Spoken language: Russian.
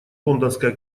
лондонская